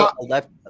left